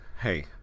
hey